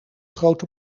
grote